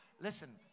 Listen